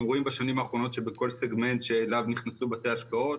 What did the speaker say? רואים בשנים האחרונות שבכל סגמנט שאליו נכנסו בתי ההשקעות